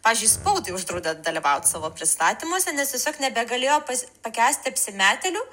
pavyzdžiui spaudai uždraudė dalyvaut savo pristatymuose nes tiesiog nebegalėjo pas pakęsti apsimetėlių